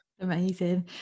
amazing